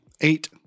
Eight